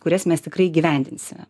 kurias mes tikrai įgyvendinsime